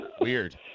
Weird